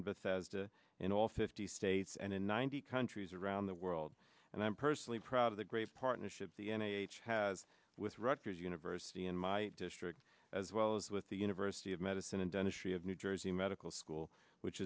bethesda in all fifty states and in ninety countries around the world and i'm personally proud of the great partnership the n h has with rutgers university and my district as well as with the university of medicine and dentistry of new jersey medical school which